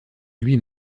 lui